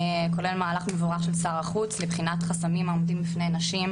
כולל מהלך מבורך של שר החוץ לבחינת חסמים העומדים בפני נשים,